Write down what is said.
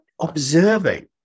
observing